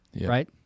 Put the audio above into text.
right